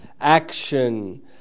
action